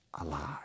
alive